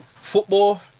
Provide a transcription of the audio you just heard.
Football